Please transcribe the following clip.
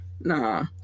Nah